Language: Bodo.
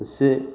इसे